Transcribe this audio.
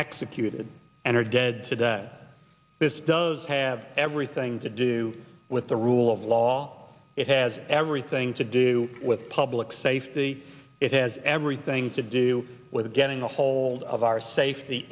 executed and are dead today this does have everything to do with the rule of law it has everything to do with public safety it has everything to do with getting ahold of our safety